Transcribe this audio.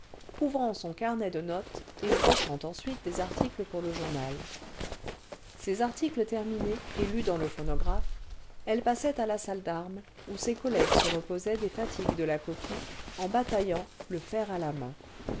couvrant son carnet de notes et brochant ensuite des articles pour le journal ses articles terminés et lus dans le phonographe elle passait à la salle d'armes où ses collègues se reposaient des fatigues de la copie en bataillant le fer à la main